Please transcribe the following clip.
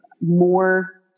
more